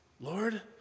Lord